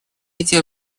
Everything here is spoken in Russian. эти